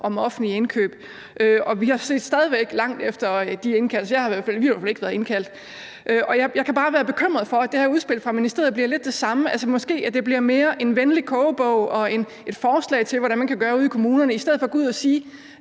om offentlige indkøb. Vi ser stadig væk langt efter de indkaldelser – vi har i hvert fald ikke været indkaldt. Jeg kan bare være bekymret for, at det her udspil fra ministeriets side bliver lidt det samme, altså at det måske mere bliver en venlig kogebog og et forslag til, hvordan man kan gøre ude i kommunerne, i stedet for at gå ud og sige: